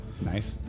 Nice